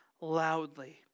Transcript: loudly